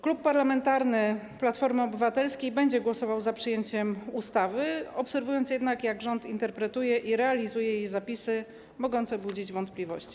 Klub Parlamentarny Platforma Obywatelska będzie głosował za przyjęciem ustawy, obserwując jednak, jak rząd interpretuje i realizuje jej zapisy mogące budzić wątpliwości.